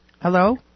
Hello